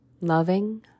loving